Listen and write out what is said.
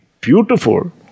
beautiful